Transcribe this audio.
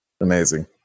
Amazing